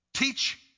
Teach